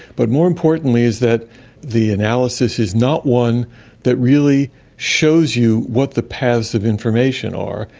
but more importantly is that the analysis is not one that really shows you what the paths of information are,